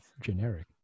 generic